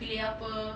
pilih apa